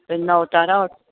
तें नवतारा